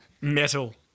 Metal